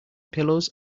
pillows